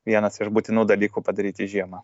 vienas iš būtinų dalykų padaryti žiemą